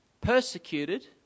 persecuted